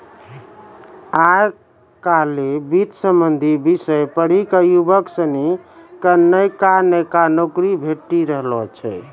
आय काइल वित्त संबंधी विषय पढ़ी क युवक सनी क नयका नयका नौकरी भेटी रहलो छै